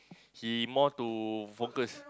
he more to focus